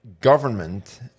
government